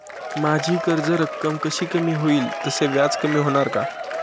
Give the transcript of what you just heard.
माझी कर्ज रक्कम जशी कमी होईल तसे व्याज कमी होणार का?